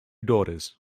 daughters